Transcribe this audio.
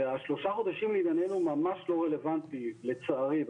והשלושה חודשים לעניינו ממש לא רלוונטי לצערי.